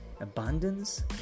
abundance